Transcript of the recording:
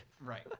Right